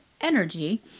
energy